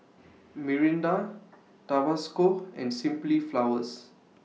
Mirinda Tabasco and Simply Flowers